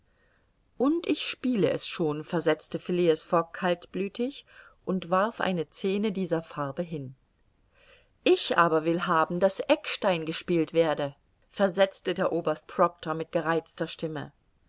und ich spiele es schon versetzte phileas fogg kaltblütig und warf eine zehne dieser farbe hin ich aber will haben daß eckstein gespielt werde versetzte der oberst proctor mit gereizter stimme